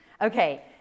Okay